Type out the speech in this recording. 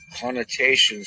connotations